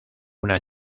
una